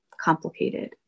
complicated